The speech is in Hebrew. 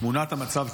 תמונת המצב,